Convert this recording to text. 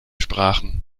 sprachen